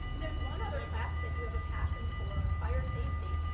there's one other class that you have a passion for, fire safety.